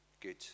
good